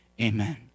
amen